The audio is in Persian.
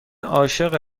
عاشق